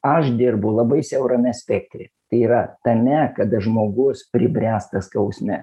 aš dirbu labai siaurame spektre tai yra tame kada žmogus pribręsta skausme